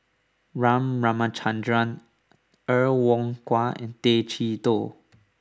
R Ramachandran Er Kwong Wah and Tay Chee Toh